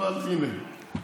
אבל הינה,